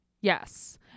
Yes